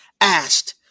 asked